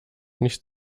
nicht